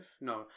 No